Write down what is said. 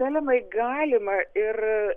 selemai galima ir